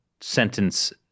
sentence